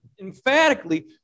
emphatically